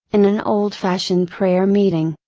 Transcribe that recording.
in an old fashioned prayer meeting,